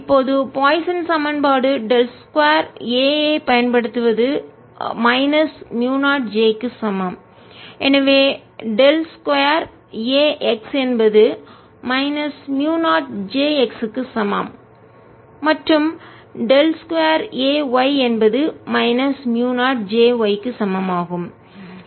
இப்போது பாய்சன் சமன்பாடு del 2 A ஐப் பயன்படுத்துவது மைனஸ் மூயு 0 J க்கு சமம் எனவே டெல் 2 A x என்பது மைனஸ் மூயு 0 Jx க்கு சமம் மற்றும் டெல் 2 A y என்பது மைனஸ் மூயு 0 Jy க்கு சமம் ஆகும்